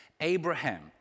Abraham